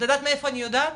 את יודעת מאיפה אני יודעת?